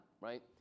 Right